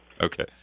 Okay